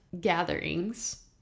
gatherings